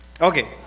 Okay